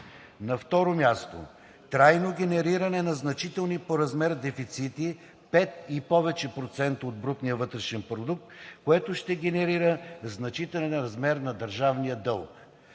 На второ място, трайно генериране на значителни по размер дефицити – пет и повече процента от брутния вътрешен продукт, което ще генерира значителен размер на държавния дълг.